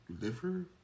liver